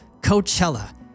Coachella